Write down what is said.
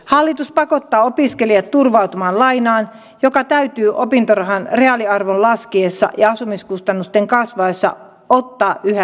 hallitus pakottaa opiskelijat turvautumaan lainaan jota täytyy opintorahan reaaliarvon laskiessa ja asumiskustannusten kasvaessa ottaa yhä enemmän